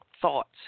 thoughts